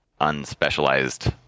unspecialized